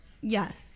Yes